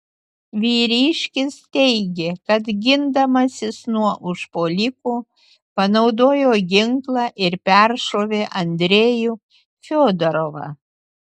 vyriškis teigė kad gindamasis nuo užpuolikų panaudojo ginklą ir peršovė andrejų fiodorovą